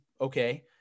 okay